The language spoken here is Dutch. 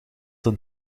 een